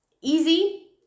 easy